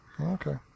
Okay